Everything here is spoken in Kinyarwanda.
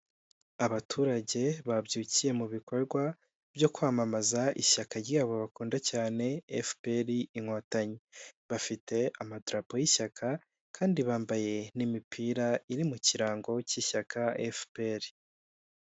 Abaturage babyukiye mu bikorwa byo kwamamaza ishyaka ryabo bakunda cyane FPR inkotanyi, bafite amadarapo y'ishyaka kandi bambaye n'imipira iri mu kirango cy'ishyaka FPR.